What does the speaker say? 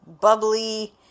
bubbly